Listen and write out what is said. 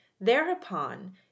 thereupon